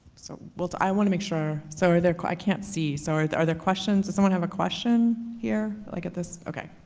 so we'll talk. i want to make sure, so are there, i can't see, so are are there questions? does someone have a question here? like at this, okay.